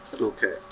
Okay